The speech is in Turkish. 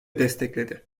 destekledi